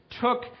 took